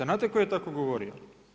Znate tko je tako govorio?